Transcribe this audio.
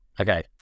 Okay